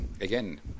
Again